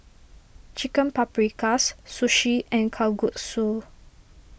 Chicken Paprikas Sushi and Kalguksu